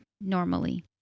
normally